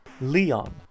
Leon